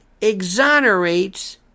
exonerates